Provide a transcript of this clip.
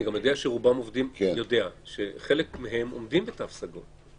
אני יודע שחלק מהם עומדים בתו סגול.